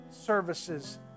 services